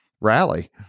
rally